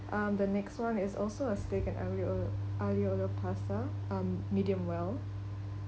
um the next one is also a steak and aglio aglio olio pasta um medium well